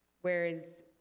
whereas